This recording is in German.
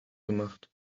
gemacht